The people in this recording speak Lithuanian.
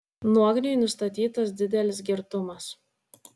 nogniui nustatytas didelis girtumas